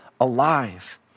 alive